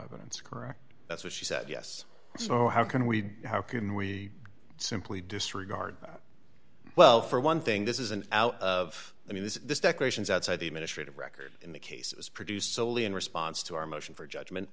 evidence correct that's what she said yes so how can we how can we simply disregard well for one thing this is an out of i mean this is declarations outside the administrative record in the case is produced solely in response to our motion for judgment